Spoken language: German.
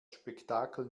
spektakel